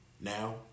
now